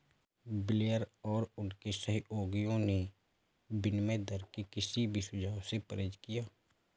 Blair और उनके सहयोगियों ने विनिमय दर के किसी भी सुझाव से परहेज किया